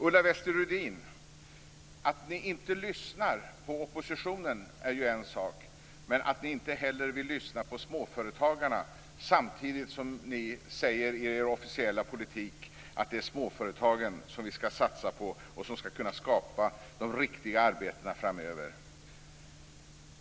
Ulla Wester-Rudin! Att ni inte lyssnar på oppositionen är en sak. Men ni vill inte heller lyssna på småföretagarna, samtidigt som ni säger i er officiella politik att det är småföretagen som ni skall satsa på och som skall skapa de riktiga arbetena framöver.